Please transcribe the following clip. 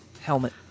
Helmet